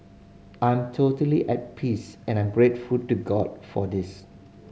I am totally at peace and I'm grateful to God for this